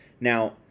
Now